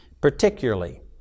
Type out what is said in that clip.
particularly